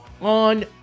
on